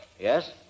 Yes